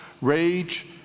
rage